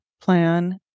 plan